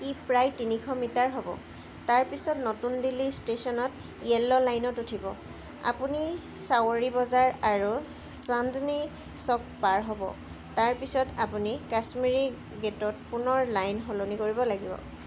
ই প্ৰায় তিনিশ মিটাৰ হ'ব তাৰ পিছত নতুন দিল্লী ষ্টেচনত য়েল্ল' লাইনত উঠিব আপুনি চাৱৰী বজাৰ আৰু চান্দনী চক পাৰ হ'ব তাৰ পিছত আপুনি কাশ্মীৰী গে'টত পুনৰ লাইন সলনি কৰিব লাগিব